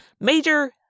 major